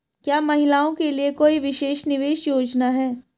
क्या महिलाओं के लिए कोई विशेष निवेश योजना है?